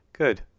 Good